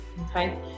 okay